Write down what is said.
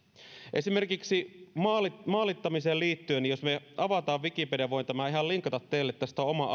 esimerkiksi maalittamiseen liittyen jos me avaamme wikipedian voin tämän ihan linkata teille maalittamisesta on oma